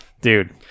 Dude